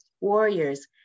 warriors